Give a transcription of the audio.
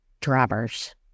drivers